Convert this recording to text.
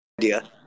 idea